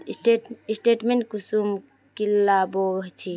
Statement कुंसम निकलाबो छी?